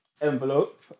envelope